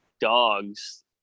dogs